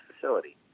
facility